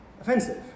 offensive